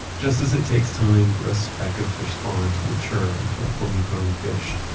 just as it takes time for a speck of fish spawn to mature into a fully grown fish,